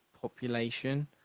population